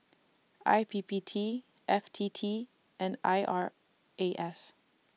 I P P T F T T and I R A S